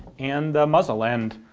and the muzzle end.